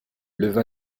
leva